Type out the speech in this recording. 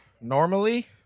normally